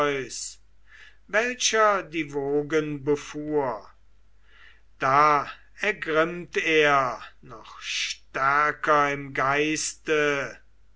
welcher die wogen befuhr da ergrimmt er noch stärker im geiste